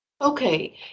Okay